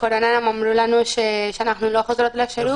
בקורונה אמרו לנו שאנחנו לא חוזרות לשירות.